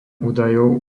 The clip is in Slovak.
údajov